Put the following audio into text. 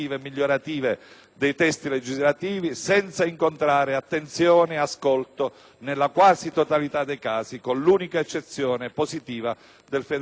dei testi legislativi senza incontrare attenzione e ascolto nella quasi totalità dei casi, con l'unica eccezione positiva del federalismo fiscale.